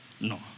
No